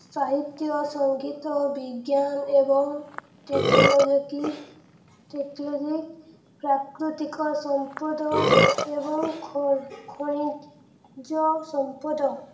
ସାହିତ୍ୟ ସଙ୍ଗୀତ ବିଜ୍ଞାନ ଏବଂ ଟେକ୍ନୋଲୋଜି ପ୍ରାକୃତିକ ସମ୍ପଦ ଏବଂ ଖଣିଜ ସମ୍ପଦ